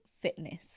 fitness